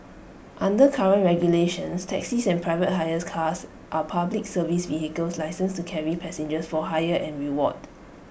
under current regulations taxis and private hire cars are Public Service vehicles licensed to carry passengers for hire and reward